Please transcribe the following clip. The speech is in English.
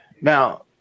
now